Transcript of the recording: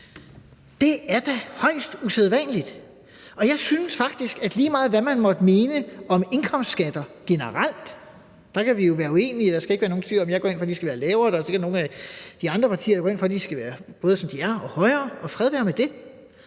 Det er da højst usædvanligt. Og jeg synes faktisk, at lige meget hvad man måtte mene om indkomstskatter generelt – for der kan vi jo være uenige, og der skal ikke være nogen tvivl om, at jeg går ind for, at de skal være lavere, men der er sikkert nogle af de andre partier, der går ind for, at de skal være, som de er eller højere, og fred være med det